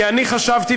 כי אני חשבתי,